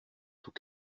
tout